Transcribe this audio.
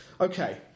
Okay